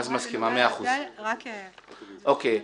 אוקי.